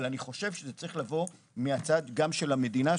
אבל אני חושב שזה צריך לבוא גם מהצד של המדינה,